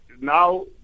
now